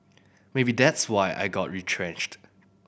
maybe that's why I got retrenched